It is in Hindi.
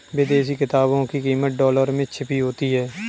विदेशी किताबों की कीमत डॉलर में छपी होती है